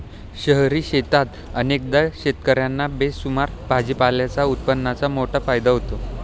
शहरी शेतीत अनेकदा शेतकर्यांना बेसुमार भाजीपाल्याच्या उत्पादनाचा मोठा फायदा होतो